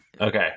Okay